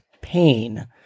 pain